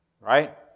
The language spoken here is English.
Right